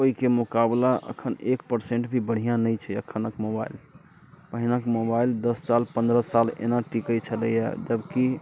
ओहिके मुकाबला अखन एक पर्सेंट भी बढ़िआँ नहि छै अखनके मोबाइल पहिलुक मोबाइल दश साल पन्द्रह साल एना टिकैत छलैया जबकि